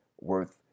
worth